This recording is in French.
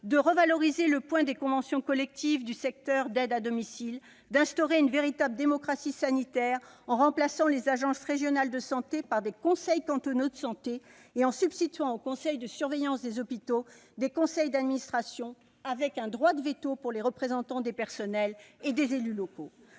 de revaloriser le point des conventions collectives du secteur d'aide à domicile, d'instaurer une véritable démocratie sanitaire en remplaçant les agences régionales de santé par des conseils cantonaux de santé, et en substituant aux conseils de surveillance des hôpitaux des conseils d'administration avec un droit de veto pour les représentants des personnels et les élus locaux.